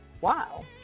Wow